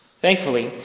Thankfully